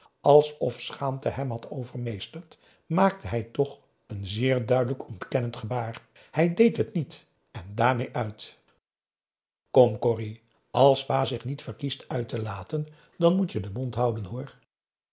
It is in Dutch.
alsof schaamte hem had overmeesterd maakte hij toch een zeer duidelijk ontkennend gebaar hij deed het niet en daarmeê uit kom corrie als pa zich niet verkiest uit te laten dan moet je den mond houden hoor